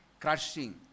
crushing